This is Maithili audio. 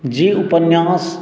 जे उपन्यास